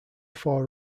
four